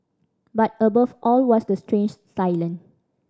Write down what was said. but above all was the strange silence